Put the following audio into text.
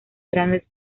grandes